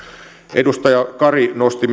edustaja kari nosti